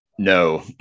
No